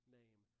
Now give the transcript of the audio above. name